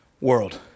world